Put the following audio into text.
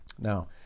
Now